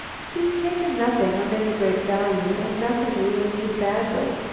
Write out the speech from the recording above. he's taken nothing of any great value and nothing we will need badly,